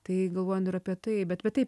taip galvojant ir apie tai bet bet taip